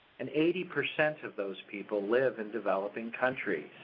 and eighty percent of those people live in developing countries.